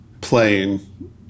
playing